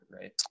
right